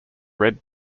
red